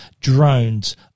drones